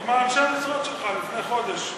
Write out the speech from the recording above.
עם אנשי המשרד שלך, לפני חודש.